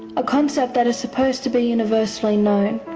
a concept that is supposed to be universally known,